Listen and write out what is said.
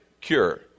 cure